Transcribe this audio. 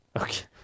okay